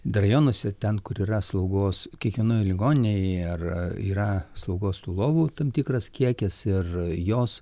dar rajonuose ten kur yra slaugos kiekvienoje ligoninėje ir yra slaugos tų lovų tam tikras kiekis ir jos